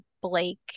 Blake